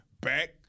back